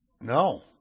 No